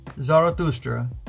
Zarathustra